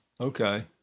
Okay